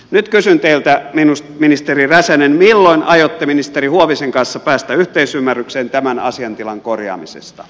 nyt kysyn teiltä ministeri räsänen milloin aiotte ministeri huovisen kanssa päästä yhteisymmärrykseen tämän asiaintilan korjaamisesta